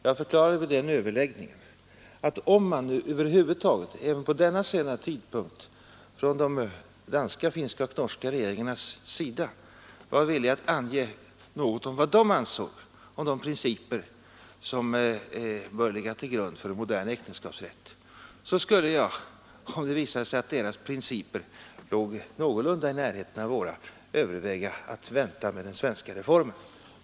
Jag förklarade vid den överläggningen att om man över huvud taget även på denna sena tidpunkt från de danska, finska och norska regeringarnas sida var villig att ange något om vad de ansåg om de principer som bör ligga till grund för en modern äktenskapsrätt, skulle jag — om det visade sig att deras principer låg någorlunda i närheten av våra — överväga att vänta med den svenska reformen.